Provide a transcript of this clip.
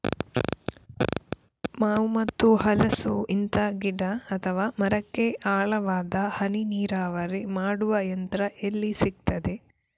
ಮಾವು ಮತ್ತು ಹಲಸು, ಇಂತ ಗಿಡ ಅಥವಾ ಮರಕ್ಕೆ ಆಳವಾದ ಹನಿ ನೀರಾವರಿ ಮಾಡುವ ಯಂತ್ರ ಎಲ್ಲಿ ಸಿಕ್ತದೆ?